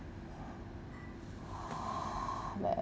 let